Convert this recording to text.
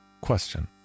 Question